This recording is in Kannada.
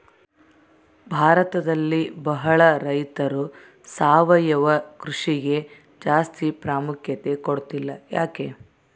ಭಾರತದಲ್ಲಿ ಬಹಳ ರೈತರು ಸಾವಯವ ಕೃಷಿಗೆ ಜಾಸ್ತಿ ಪ್ರಾಮುಖ್ಯತೆ ಕೊಡ್ತಿಲ್ಲ ಯಾಕೆ?